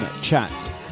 chats